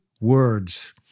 words